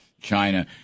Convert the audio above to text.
China